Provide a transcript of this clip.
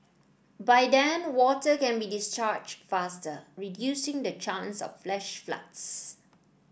by then water can be discharged faster reducing the chance of flash floods